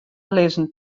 lizzen